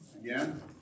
again